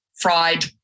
fried